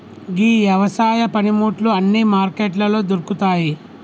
గీ యవసాయ పనిముట్లు అన్నీ మార్కెట్లలో దొరుకుతాయి